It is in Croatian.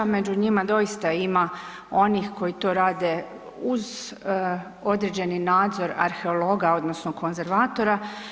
Među njima doista ima onih koji to rade uz određeni nadzor arheologa odnosno konzervatora.